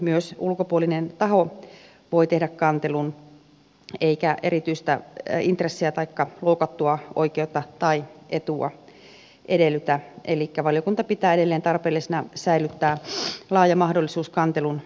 myös ulkopuolinen taho voi tehdä kantelun eikä erityistä intressiä taikka loukattua oikeutta tai etua edellytetä elikkä valiokunta pitää edelleen tarpeellisena säilyttää laaja mahdollisuus kantelun tekemiseen